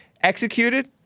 Executed